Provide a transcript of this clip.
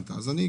משכנתא אני,